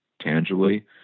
tangibly